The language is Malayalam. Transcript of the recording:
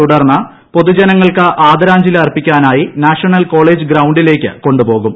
തുടർന്ന് പൊതു ജനങ്ങൾക്ക് ആദരാജ്ഞലി അർപ്പിക്കാനായി നാഷണൽ കോളേജ് ഗ്രൌ ിലേക്ക് കൊ ുപോകും